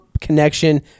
connection